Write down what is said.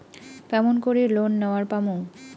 কেমন করি লোন নেওয়ার পামু?